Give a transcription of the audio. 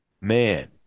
Man